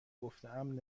گفتهام